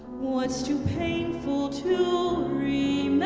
what's too painful to remember